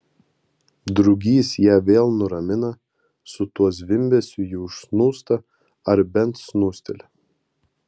drugys ją vėl nuramina su tuo zvimbesiu ji užsnūsta ar bent snūsteli